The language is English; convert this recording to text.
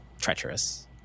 treacherous